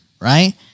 right